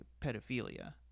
pedophilia